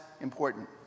important